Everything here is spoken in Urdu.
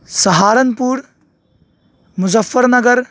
سہارنپور مظفر نگر